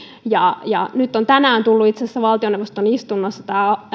nyt on tänään tullut itse asiassa valtioneuvoston istunnossa